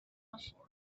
before